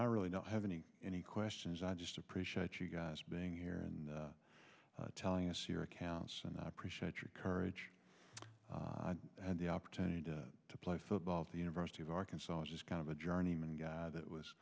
i really don't have any any questions i just appreciate you guys being here and telling us your accounts and i appreciate your courage and the opportunity to play football the university of arkansas just kind of a journeyman guy that was